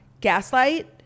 gaslight